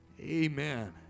Amen